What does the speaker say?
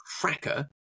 cracker